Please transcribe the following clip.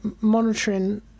monitoring